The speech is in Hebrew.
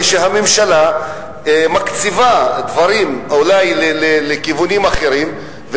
כשהממשלה מקציבה דברים אולי לכיוונים אחרים,